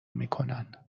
میکنن